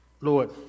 Lord